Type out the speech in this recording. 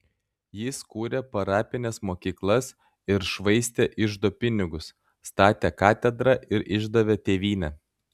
jis kūrė parapines mokyklas ir švaistė iždo pinigus statė katedrą ir išdavė tėvynę